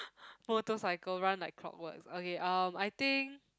motorcycle run like clock wards okay um I think